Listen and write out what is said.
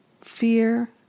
fear